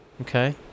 Okay